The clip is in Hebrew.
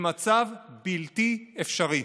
במצב בלתי אפשרי,